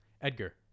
Edgar